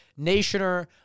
NATIONER